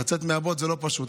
לצאת מהבוץ זה לא פשוט,